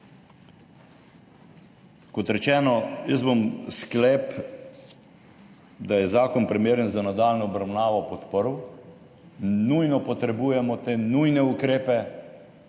Kot rečeno, jaz bom sklep, da je zakon primeren za nadaljnjo obravnavo, podprl. Nujno potrebujemo te nujne ukrepe.